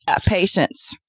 Patience